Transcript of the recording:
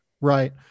Right